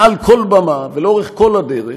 מעל כל במה ולאורך כל הדרך,